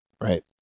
right